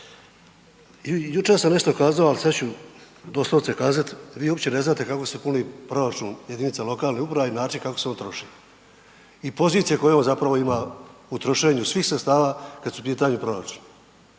jučer sam nešto kazao, ali sad ću doslovce kazat vi uopće ne znate kako se puni proračun jedinica lokalne uprave i način kako se on troši. I pozicije koje on zapravo ima u trošenju svih sredstava kad su u pitanju proračuni.